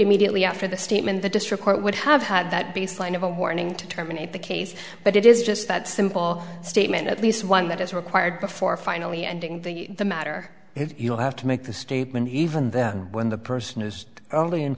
immediately after the statement the district court would have had that baseline of a warning to terminate the case but it is just that simple statement at least one that is required before finally ending the matter if you will have to make the statement even then when the person is only